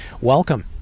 Welcome